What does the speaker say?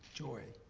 joy.